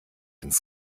ins